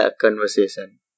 conversation